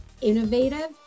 innovative